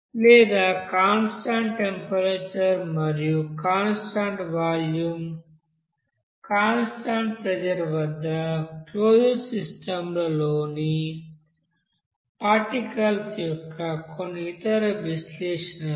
లేదా constant temperature మరియు constant volume constant pressure వద్ద క్లోజ్డ్ సిస్టమ్లోని పార్టికల్స్ యొక్క కొన్ని ఇతర విశ్లేషణలు